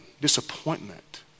Disappointment